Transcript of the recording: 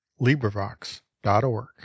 LibriVox.org